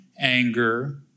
anger